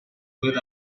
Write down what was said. put